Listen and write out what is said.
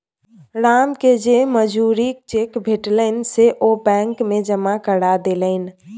रामकेँ जे मजूरीक चेक भेटलनि से ओ बैंक मे जमा करा देलनि